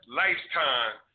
lifetime